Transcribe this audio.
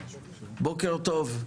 בוקר טוב,